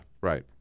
right